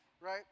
right